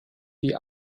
die